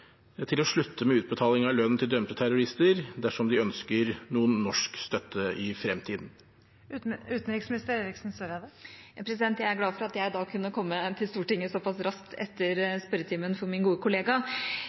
til å slutte med utbetaling av lønn til dømte terrorister dersom de ønsker noen norsk støtte i fremtiden. Jeg er glad for at jeg da kunne komme til Stortinget såpass raskt etter spørretimen for min gode kollega.